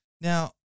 Now